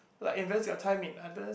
like invest your time in others